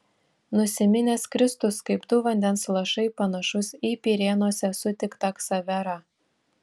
nusiminęs kristus kaip du vandens lašai panašus į pirėnuose sutiktą ksaverą